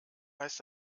heißt